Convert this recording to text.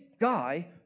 guy